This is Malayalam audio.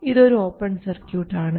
ഇത് ഒരു ഓപ്പൺ സർക്യൂട്ട് ആണ്